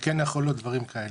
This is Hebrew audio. כן יכול להיות דברים כאלה.